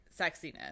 sexiness